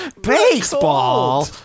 Baseball